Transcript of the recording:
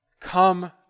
Come